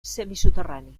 semisoterrani